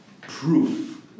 proof